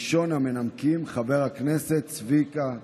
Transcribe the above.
ראשון המנמקים, חבר הכנסת צביקה פוגל,